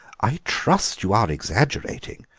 i trust you are exaggerating,